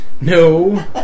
No